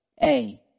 hey